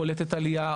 קולטת עלייה,